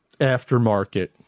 aftermarket